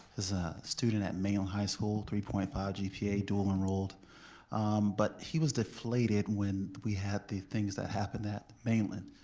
is a student at mainland high school, three point five gpa, dual-enrolled but he was deflated when we had the things that happened at mainland.